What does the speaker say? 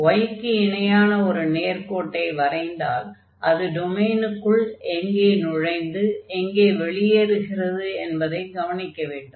y க்கு இணையான ஒரு நேர்க்கோட்டை வரைந்தால் அது டொமைனுக்குள் எங்கே நுழைந்து எங்கே வெளியேறுகிறது என்பதைக் கவனிக்க வேண்டும்